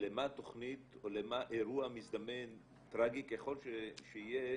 למה תוכנית או למה אירוע מזדמן טראגי ככל שיהיה,